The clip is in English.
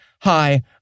hi